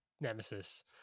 Nemesis